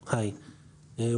שלום,